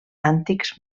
antics